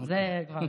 זה כבר,